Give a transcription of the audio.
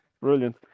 Brilliant